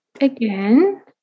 again